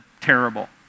terrible